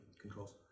controls